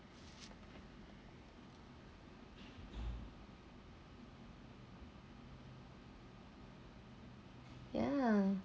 ya